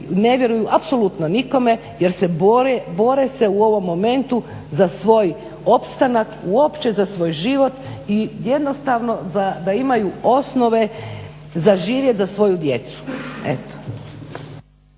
ne vjeruju, apsolutno nikome jer se bore, bore se u ovom momentu za svoj opstanak, uopće za svoj život i jednostavno da imaju osnove za živjet, za svoju djecu,